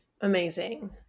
amazing